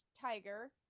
tiger